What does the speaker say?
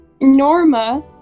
Norma